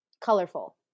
colorful